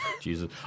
Jesus